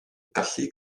gallu